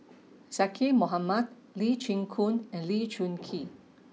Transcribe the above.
Zaqy Mohamad Lee Chin Koon and Lee Choon Kee